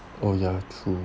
oh ya true